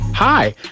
Hi